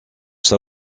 ça